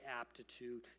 aptitude